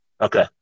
Okay